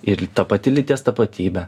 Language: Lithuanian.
ir ta pati lyties tapatybė